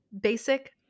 basic